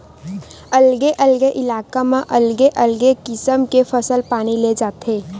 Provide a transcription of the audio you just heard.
अलगे अलगे इलाका म अलगे अलगे किसम के फसल पानी ले जाथे